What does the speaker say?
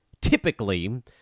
typically